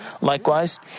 Likewise